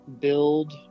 build